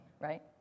right